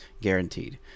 guaranteed